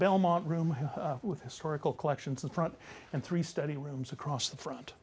belmont room with historical collections in front and three study rooms across the front